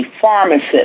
pharmacist